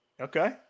Okay